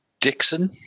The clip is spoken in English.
Dixon